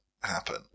happen